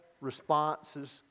responses